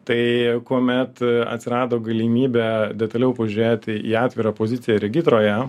tai kuomet atsirado galimybė detaliau pažiūrėti į atvirą poziciją regitroje